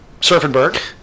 surfenberg